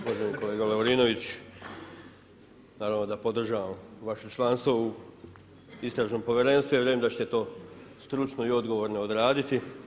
Uvaženi kolega Lovrinović, naravno da podržavam vaše članstvo u istražnom povjerenstvu i ja vjerujem da ćete to stručno i odgovorno odraditi.